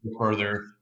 further